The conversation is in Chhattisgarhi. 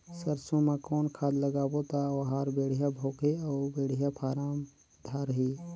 सरसो मा कौन खाद लगाबो ता ओहार बेडिया भोगही अउ बेडिया फारम धारही?